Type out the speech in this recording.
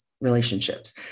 relationships